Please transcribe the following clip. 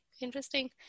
interesting